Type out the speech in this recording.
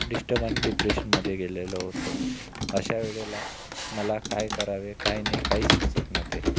disturb आणि डिप्रेशनमध्ये गेलेलो होतो अशा वेळेला मला काय करावे काय नाही काहीच सुचत नव्हते